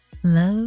Love